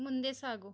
ಮುಂದೆ ಸಾಗು